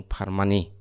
Parmani